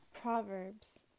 Proverbs